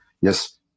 yes